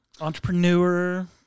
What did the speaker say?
Entrepreneur